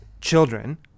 children